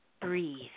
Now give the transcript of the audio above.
breathe